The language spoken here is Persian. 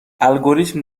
الگوریتم